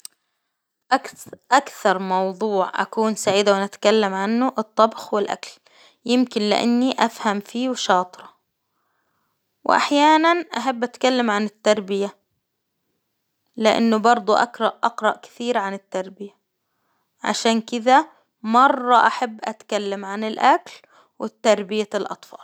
أكث -أكثر موضوع أكون سعيدة وأنا أتكلم عنه الطبخ والأكل، يمكن لإني أفهم فيه وشاطرة، وأحيانا أحب أتكلم عن التربية، لإنه برضه أقرأ -أقرأ كثير عن التربية، عشان كذا مرة أحب أتكلم عن الأكل ،وتربية الأطفال.